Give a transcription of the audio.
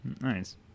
Nice